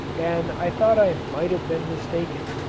and i thought i might have been mistaken.